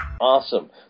Awesome